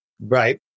Right